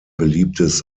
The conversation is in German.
beliebtes